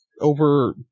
over